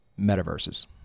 metaverses